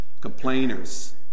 complainers